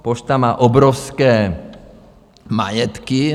Pošta má obrovské majetky.